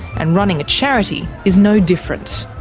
and running a charity is no different.